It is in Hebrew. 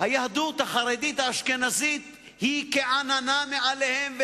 היהדות החרדית האשכנזית היא כעננה מעליהם,